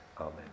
Amen